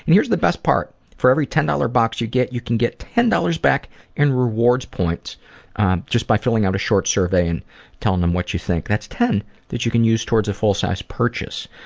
and here's the best part. part. for every ten dollars box you get, you can get ten dollars back in rewards points just by filling out a short survey and telling them what you think. that's ten that you can use towards a full size purchase.